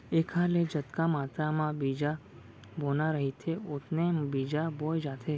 एखर ले जतका मातरा म बीजा बोना रहिथे ओतने बीजा बोए जाथे